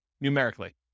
numerically